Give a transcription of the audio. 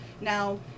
now